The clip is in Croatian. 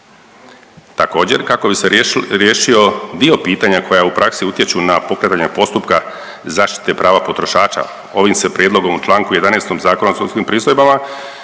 Također kako bi se riješio dio pitanja koja u praksi utječu na pokretanja postupka zaštite prava potrošača ovim se prijedlogom u članku 11. Zakona o sudskim pristojbama